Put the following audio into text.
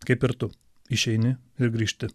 kaip ir tu išeini ir grįžti